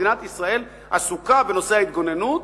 מדינת ישראל עסוקה בנושא ההתגוננות.